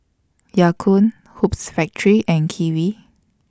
Ya Kun Hoops Factory and Kiwi